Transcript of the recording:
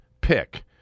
pick